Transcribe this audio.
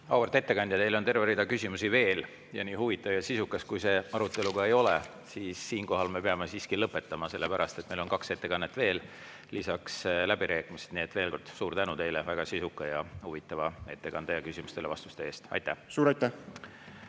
Auväärt ettekandja, teile on terve rida küsimusi veel. Nii huvitav ja sisukas kui see arutelu ka ei ole, siinkohal me peame lõpetama, sest meil on kaks ettekannet veel, lisaks läbirääkimised. Nii et veel kord suur tänu teile väga sisuka ja huvitava ettekande ja küsimustele vastuste eest. Auväärt